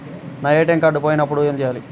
నా ATM card పోయినప్పుడు ఏమి చేయాలి?